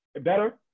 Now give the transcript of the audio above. better